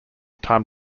time